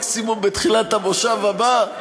מקסימום בתחילת המושב הבא,